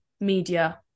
media